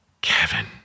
Kevin